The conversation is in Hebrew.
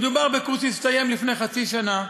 מדובר בקורס שהסתיים לפני חצי שנה,